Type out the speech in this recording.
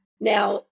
now